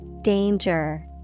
Danger